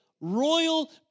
royal